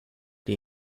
die